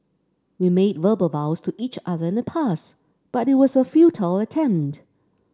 we made verbal vows to each other in the past but it was a futile attempt